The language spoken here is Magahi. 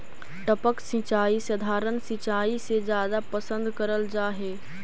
टपक सिंचाई सधारण सिंचाई से जादा पसंद करल जा हे